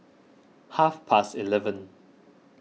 half past eleven